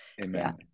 Amen